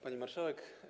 Pani Marszałek!